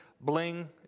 bling